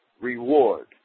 reward